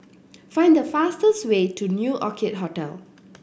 find the fastest way to New Orchid Hotel